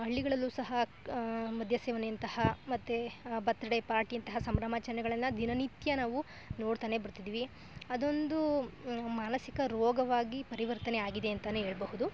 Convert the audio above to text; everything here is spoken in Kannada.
ಹಳ್ಳಿಗಳಲ್ಲೂ ಸಹ ಮದ್ಯಸೇವನೆಯಂತಹ ಮತ್ತು ಬರ್ತಡೇ ಪಾರ್ಟಿಯಂತಹ ಸಂಭ್ರಮಾಚರಣೆಗಳನ್ನ ದಿನನಿತ್ಯ ನಾವು ನೋಡ್ತಾನೇ ಬರ್ತಿದ್ದೀವಿ ಅದೊಂದು ಮಾನಸಿಕ ರೋಗವಾಗಿ ಪರಿವರ್ತನೆ ಆಗಿದೆ ಅಂತಾನೆ ಹೇಳ್ಬಹುದು